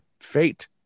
fate